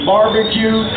Barbecue